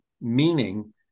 meaning